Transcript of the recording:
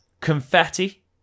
confetti